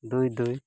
ᱫᱩᱭ ᱫᱩᱭ